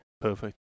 Perfect